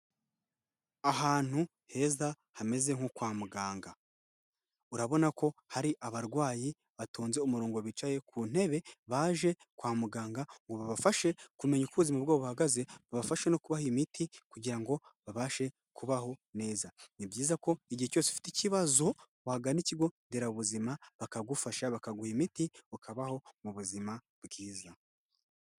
Ahantu heza hameze nko kwa muganga, urabona ko hari abarwayi batunze umurongo bicaye ku ntebe, baje kwa muganga ngo babafashe kumenya uko ubuzima bwabo buhagaze, babafashe no kubaha imiti kugira ngo babashe kubaho neza. Ni byiza ko igihe cyose ufite ikibazo wagana ikigo nderabuzima bakagufasha bakaguha imiti, ukabaho mu buzima bwiza.